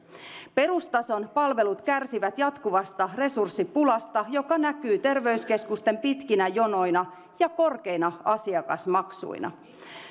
perustason palvelut kärsivät jatkuvasta resurssipulasta joka näkyy terveyskeskusten pitkinä jonoina ja korkeina asiakasmaksuina